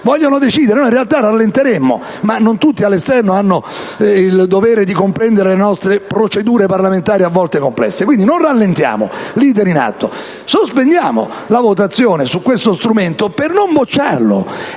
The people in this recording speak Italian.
di decidere, in realtà rallenteremmo, ma non tutti all'esterno hanno il dovere di comprendere le nostre procedure parlamentari, a volte complesse. Non rallentiamo l'*iter* in atto, sospendiamo la votazione su questo strumento per non bocciarlo